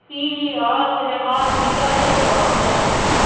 پی V R cinemas میں کیا چل رہا ہے